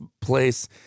place